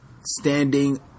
standing